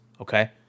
okay